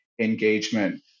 engagement